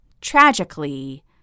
tragically